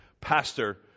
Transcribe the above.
pastor